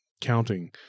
counting